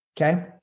Okay